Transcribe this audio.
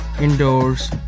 indoors